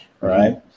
right